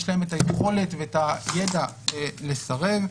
יש להם את היכולת והידע לסרב?